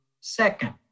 second